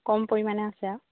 কম পৰিমাণে আছে আৰু